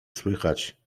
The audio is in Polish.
słychać